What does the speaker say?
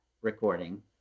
recording